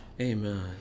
Amen